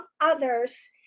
others